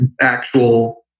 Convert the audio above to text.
actual